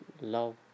love